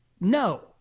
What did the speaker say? no